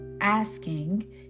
asking